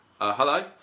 Hello